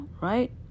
right